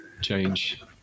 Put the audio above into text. change